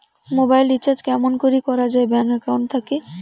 Mobile recharge কেমন করি করা যায় ব্যাংক একাউন্ট থাকি?